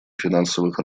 финансовых